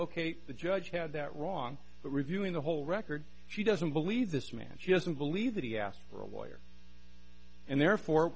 ok the judge had that wrong but reviewing the whole record she doesn't believe this man she doesn't believe that he asked for a lawyer and therefore